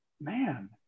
man